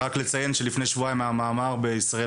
נציין שלפני שבועיים היה מאמר בישראל